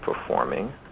performing